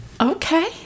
Okay